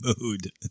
mood